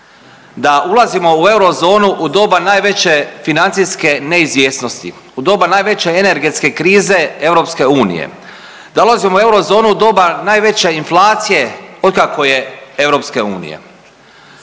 Da ulazimo u eurozonu u doba najveće financijske neizvjesnosti, u doba najveće energetske krize EU. Da ulazimo u eurozonu u doba najveće inflacije otkako je EU. Unatoč